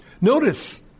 notice